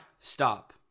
stop